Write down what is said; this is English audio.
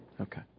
Okay